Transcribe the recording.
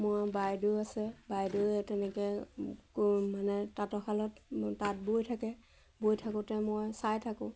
মই বাইদেউ আছে বাইদেউয়ে তেনেকৈ মানে তাঁতৰ শালত তাঁত বৈ থাকে বৈ থাকোঁতে মই চাই থাকোঁ